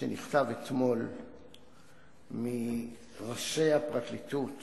שנכתב אתמול מראשי הפרקליטות: